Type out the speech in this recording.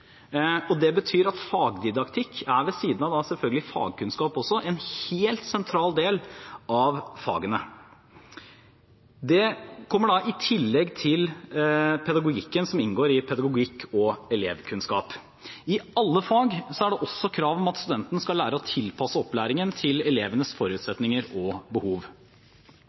Det betyr at fagdidaktikk, ved siden av fagkunnskap, er en helt sentral del av fagene. Det kommer da i tillegg til pedagogikken som inngår i pedagogikk og elevkunnskap. I alle fag er det også krav om at studenten skal lære å tilpasse opplæringen til elevenes forutsetninger og behov.